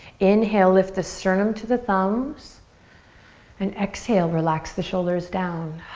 inhale, lift the sternum to the thumbs and exhale, relax the shoulders down.